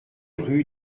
rue